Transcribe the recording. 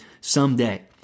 someday